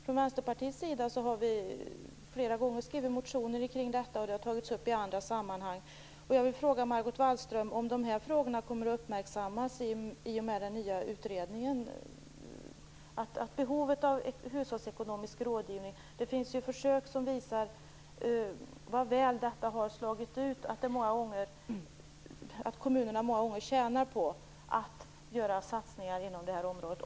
Från vänsterpartiets sida har vi flera gånger skrivit motioner i frågan och tagit upp den i andra sammanhang. Kommer behovet av hushållsekonomisk rådgivning att uppmärksammas i och med den nya utredningen? Det finns ju försök som visar hur väl det har slagit ut och att kommunerna många gånger tjänar på att göra satsningar inom det här området.